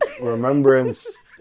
remembrance